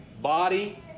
body